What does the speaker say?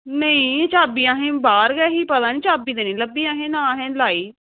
ना चाभी बाहर गै ऐही ना चाभी निं लब्भी ना असें लाई